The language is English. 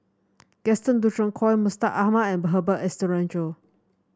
Gaston Dutronquoy Mustaq Ahmad and Herbert Eleuterio